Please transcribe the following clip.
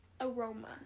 aroma